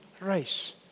Race